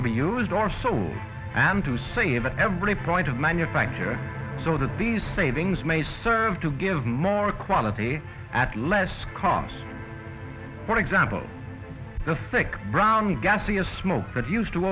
to be used or so and to save every point of manufacture so that these savings may serve to give more quantity at less cost for example the thick brown gaseous smoke that used to